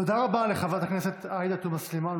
תודה רבה לחברת הכנסת עאידה תומא סלימאן,